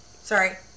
Sorry